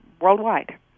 worldwide